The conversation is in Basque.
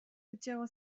gutxiago